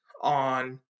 on